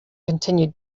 continued